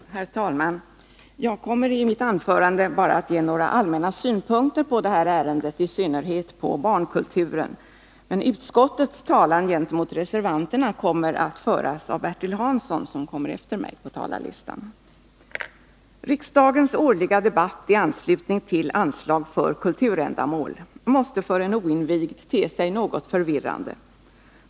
Herr talman! Jag kommer i mitt anförande att ge bara några allmänna synpunkter på detta ärende, i synnerhet på barnkulturen. Utskottets talan gentemot reservanterna kommer att föras av Bertil Hansson, som följer efter mig på talarlistan. : Riksdagens årliga debatt i anslutning till anslag för kulturändamål måste för en oinvigd te sig något förvirrande.